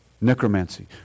Necromancy